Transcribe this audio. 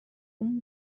اون